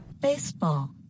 Baseball